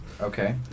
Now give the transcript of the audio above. Okay